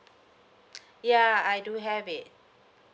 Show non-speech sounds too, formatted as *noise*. *noise* ya I do have it